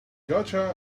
gotcha